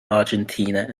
argentina